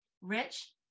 Rich